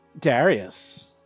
Darius